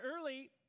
early